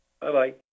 Bye-bye